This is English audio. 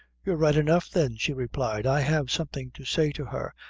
you're right enough, then, she replied i have something to say to her,